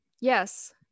Yes